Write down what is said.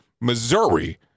Missouri